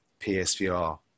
PSVR